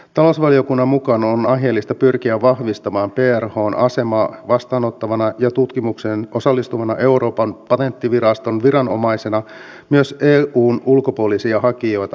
talousvaliokunnan mukaan on aiheellista pyrkiä vahvistamaan prhn asemaa vastaanottavana ja tutkimukseen osallistuvana euroopan patenttiviraston viranomaisena myös eun ulkopuolisia hakijoita ajatellen